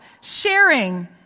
sharing